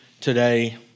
today